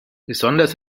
besonders